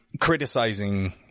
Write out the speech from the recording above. criticizing